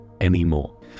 anymore